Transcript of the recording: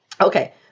okay